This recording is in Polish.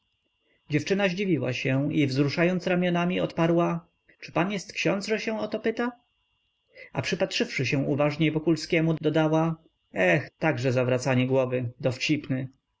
dziewczyna zdziwiła się i wzruszając ramionami odparła czy pan jest ksiądz że się o to pyta a przypatrzywszy się uważniej wokulskiemu dodała eh także zawracanie głowy